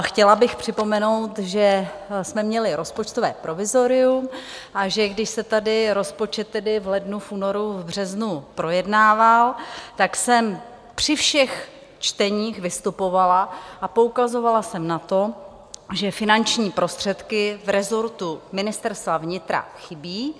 Chtěla bych připomenout, že jsme měli rozpočtové provizorium a že když se tady rozpočet tedy v lednu, v únoru, v březnu projednával, tak jsem při všech čteních vystupovala a poukazovala jsem na to, že finanční prostředky v rezortu Ministerstva vnitra chybí.